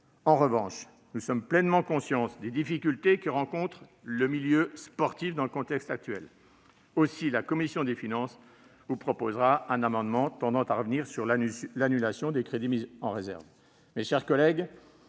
En revanche, nous sommes pleinement conscients des difficultés que rencontre le milieu sportif dans le contexte actuel. C'est pourquoi la commission des finances vous proposera un amendement tendant à revenir sur l'annulation des crédits mis en réserve.